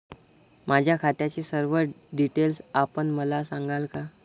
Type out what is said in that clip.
माझ्या खात्याचे सर्व डिटेल्स आपण मला सांगाल का?